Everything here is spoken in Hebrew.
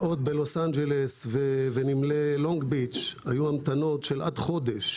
עוד בלוס אנג'לס ונמלי לונג-ביץ' היו המתנות עד חודש